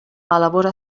elabora